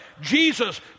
Jesus